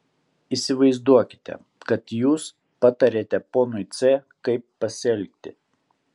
įsivaizduokite kad jūs patariate ponui c kaip pasielgti